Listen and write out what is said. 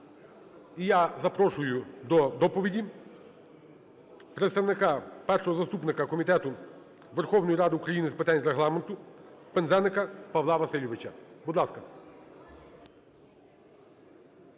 я запрошую до доповіді представника, першого заступника Комітету Верховної Ради України з питань Регламенту Пинзеника Павла Васильовича. Будь ласка.